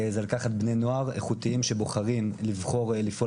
זה לקחת בני נוער איכותיים שבוחרים לבחור לפעול